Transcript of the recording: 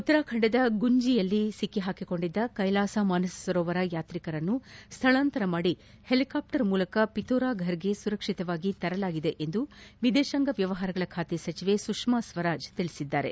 ಉತ್ತರಾಖಂಡದ ಗುಂಜಿಯಲ್ಲಿ ಸಿಕ್ಕಿಹಾಕಿಕೊಂಡಿದ್ದ ಕೈಲಾಸ ಮಾನಸ ಸರೋವರ ಯಾತ್ರಿಕರನ್ನು ಸ್ಥಳಾಂತರ ಮಾಡಿ ಹೆಲಿಕಾಪ್ಟರ್ ಮೂಲಕ ಪಿತೊರಫರ್ಗೆ ಸುರಕ್ಷಿತವಾಗಿ ಕರೆತರಲಾಗಿದೆ ಎಂದು ವಿದೇತಾಂಗ ವ್ಯವಹಾರಗಳ ಖಾತೆ ಸಚಿವೆ ಸುಷ್ನಾ ಸ್ವರಾಜ್ ತಿಳಿಸಿದ್ದಾರೆ